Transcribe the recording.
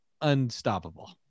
unstoppable